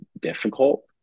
difficult